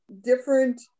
different